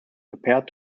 prepared